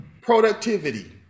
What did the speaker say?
productivity